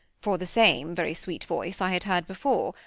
for the same very sweet voice i had heard before,